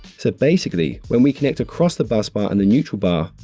so basically, when we connect across the bus bar and the neutral bar,